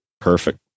Perfect